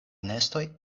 nestoj